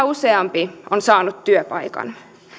useampi on saanut työpaikan